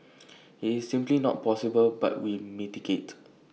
IT is simply not possible but we mitigate